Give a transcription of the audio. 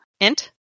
Int